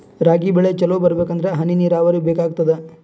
ರಾಗಿ ಬೆಳಿ ಚಲೋ ಬರಬೇಕಂದರ ಹನಿ ನೀರಾವರಿ ಬೇಕಾಗತದ?